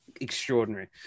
extraordinary